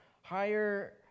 higher